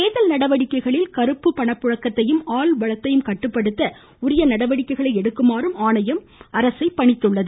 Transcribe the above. தேர்தல் நடவடிக்கைகளில் கறுப்பு பணப்புழக்கத்தையும் ஆள்பலத்தையும் கட்டுப்படுத்த உரிய நடவடிக்கைகளை எடுக்குமாறும் ஆணையம் பணித்துள்ளது